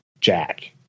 Jack